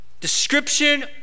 description